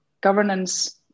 governance